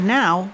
now